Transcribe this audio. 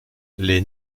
les